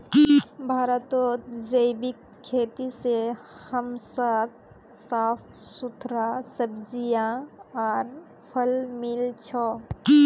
भारतत जैविक खेती से हमसाक साफ सुथरा सब्जियां आर फल मिल छ